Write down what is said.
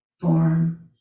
form